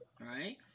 right